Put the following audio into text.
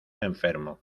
enfermo